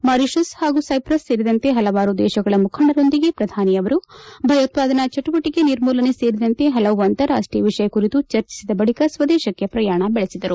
Mauritius ಹಾಗೂ Cyprus ಸೇರಿದಂತೆ ಪಲವಾರು ದೇಶಗಳ ಮುಖಂಡರೊಂದಿಗೆ ಪ್ರಧಾನಿ ಅವರು ಭಯೋತಾದನಾ ಚಟುವಟಿಕೆ ನಿರ್ಮೂಲನೆ ಸೇರಿದಂತೆ ಪಲವು ಅಂತಾರಾಷೀಯ ವಿಷಯ ಕುರಿತು ಚರ್ಚಿಸಿದ ಬಳಿಕ ಸ್ವದೇಶಕ್ಕೆ ಪ್ರಯಾಣ ಬೆಳೆಸಿದರು